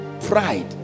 pride